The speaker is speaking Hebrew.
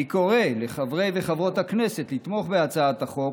אני קורא לחברי וחברות הכנסת לתמוך בהצעת החוק,